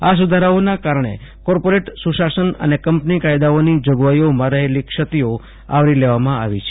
આ સુધારાઓના કારણે કોર્પરેટ સુશાસન અને કંપની કાયદાની જોગવાઇઓમાં રહેલી ક્ષતિઓ આવરી લેવામાંઆવી છે